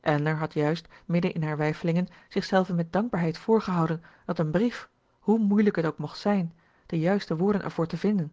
elinor had juist midden in haar weifelingen zichzelve met dankbaarheid voorgehouden dat een brief hoe moeilijk het ook mocht zijn de juiste woorden ervoor te vinden